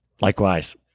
Likewise